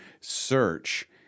search